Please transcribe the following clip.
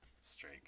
straight